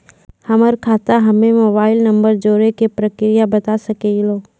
हमर खाता हम्मे मोबाइल नंबर जोड़े के प्रक्रिया बता सकें लू?